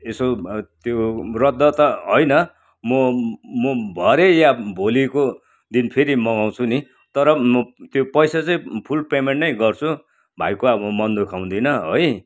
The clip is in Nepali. यसो त्यो रद्द त होइन म म भरे या भोलिको दिन फेरि मगाउँछु नि तर म त्यो पैसा चाहिँ फुल पेमेन्ट नै गर्छु भाइको अब मन दुखाउँदिन है